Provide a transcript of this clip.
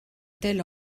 tel